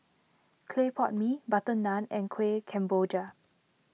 Clay Pot Mee Butter Naan and Kuih Kemboja